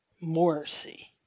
Morrissey